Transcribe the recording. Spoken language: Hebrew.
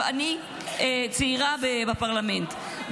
אני צעירה בפרלמנט,